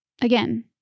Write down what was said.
again